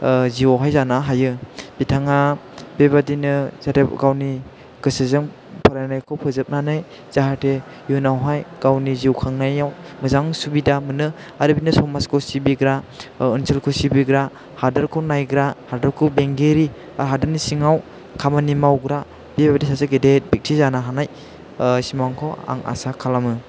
जिउआवहाय जानो हायो बिथाङा बेबादिनो जाहाथे गावनि गोसोजों फरायनायखौ फोजोबनानै जाहाथे इयुनाव हाय गावनि जिउ खांनायाव मोजां सुबिदा मोनो आरो बिदिनो समाजखौ सिबिग्रा ओनसोलखौ सिबिग्रा हादोरखौ नायग्रा हादोरखौ बेंगिरि बा हादोरनि सिङाव खामानि मावग्रा बेबादि सासे गिदिर व्यकति जानो हानाय सिमांखौ आं आसा खालामो